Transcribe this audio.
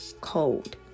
cold